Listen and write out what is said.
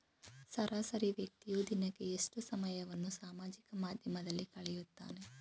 ಸರಾಸರಿ ವ್ಯಕ್ತಿಯು ದಿನಕ್ಕೆ ಎಷ್ಟು ಸಮಯವನ್ನು ಸಾಮಾಜಿಕ ಮಾಧ್ಯಮದಲ್ಲಿ ಕಳೆಯುತ್ತಾನೆ?